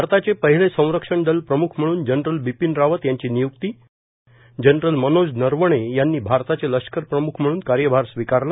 भारताचे पहिले संरक्षण दल प्रमुख म्हणून जनरल बिपीन रावत यांची नियुक्ती जनरल मनोज नरवणे यांनी भारताचे लष्कर प्रमुख म्हणून कार्यभार स्वीकारला